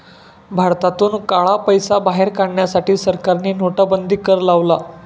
भारतातून काळा पैसा बाहेर काढण्यासाठी सरकारने नोटाबंदी कर लावला